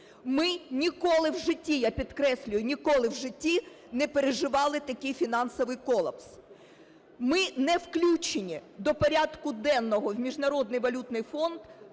Ми ніколи в житті, я підкреслюю, ніколи в житті не переживали такий фінансовий колапс. Ми не включені до порядку денного в Міжнародний валютний фонд